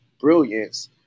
brilliance